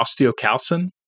osteocalcin